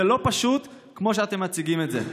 זה לא פשוט כמו שאתם מציגים את זה.